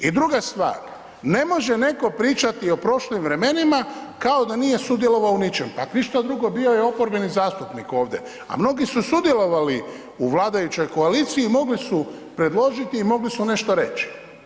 I druga stvar, ne može netko pričati o prošlim vremenima kao da nije sudjelovao u ničem, pa ako ništa drugo, bio je oporbeni zastupnik ovde, a mnogi su sudjelovali u vladajućoj koaliciji, mogli su predložiti i mogli su nešto reći.